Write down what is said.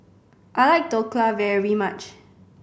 I like Dhokla very much